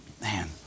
man